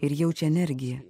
ir jaučia energiją